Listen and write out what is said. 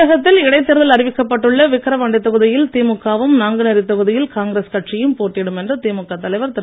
தமிழகத்தில் இடைத்தேர்தல் அறிவிக்கப்பட்டுள்ள விக்கிரவாண்டி தொகுதியில் திமுக வும் நாங்குநேரி தொகுதியில் காங்கிரஸ் கட்சியும் போட்டியிடும் என்று திமுக தலைவர் திரு